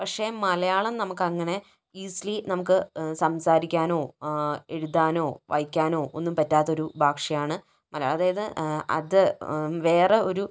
പക്ഷെ മലയാളം നമുക്ക് അങ്ങനെ ഈസിലി നമുക്ക് സംസാരിക്കാനോ എഴുതാനോ വായ്ക്കനോ ഒന്നും പറ്റാത്ത ഒരു ഭാഷയാണ് മലയാളം അതായത് അത് വേറെ ഒരു